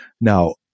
now